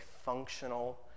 functional